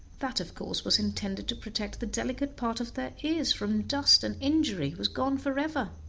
that of course was intended to protect the delicate part of their ears from dust and injury, was gone forever.